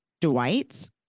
Dwight's